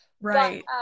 Right